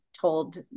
told